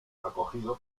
acogido